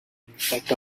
impact